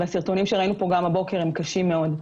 והסרטונים שראינו פה גם הבוקר קשים מאוד.